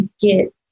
get